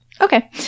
Okay